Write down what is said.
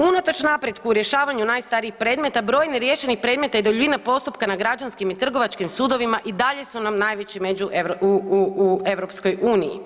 Unatoč napretku u rješavanju najstarijih predmeta broj neriješenih predmeta i duljina postupka na građanskim i trgovačkim sudovima i dalje su nam najveći među, u EU.